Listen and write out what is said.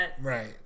Right